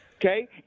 okay